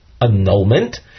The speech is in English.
annulment